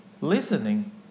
listening